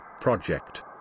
project